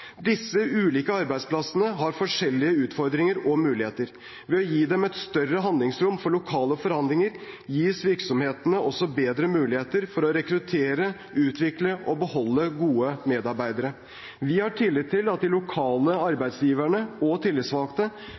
Disse ulike arbeidsplassene har forskjellige utfordringer og muligheter. Ved å gi dem et større handlingsrom for lokale forhandlinger gis virksomhetene også bedre muligheter for å rekruttere, utvikle og beholde gode medarbeidere. Vi har tillit til at de lokale arbeidsgiverne og tillitsvalgte